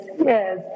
yes